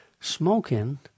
smoking